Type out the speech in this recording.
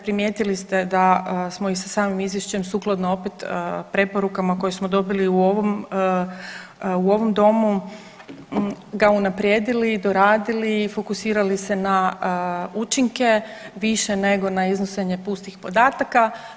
Primijetili ste da smo i sa samim izvješćem sukladno opet preporukama koje smo dobili i u ovom, ovom domu ga unaprijedili, doradili i fokusirali se na učinke više nego na iznošenje pustih podataka.